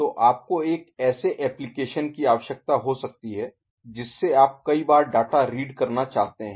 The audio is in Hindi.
तो आपको एक ऐसे एप्लिकेशन की आवश्यकता हो सकती है जिससे आप कई बार डाटा रीड करना चाहते हैं